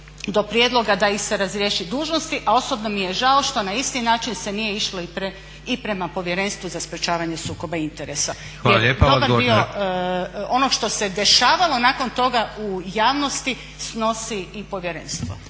do prijedloga da ih se razriješi dužnosti, a osobno mi je žao što na isti način se nije išlo i prema Povjerenstvu za sprječavanje sukoba interesa. Jer dobar dio onog što se dešavalo nakon toga u javnosti snosi i povjerenstvo.